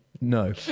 No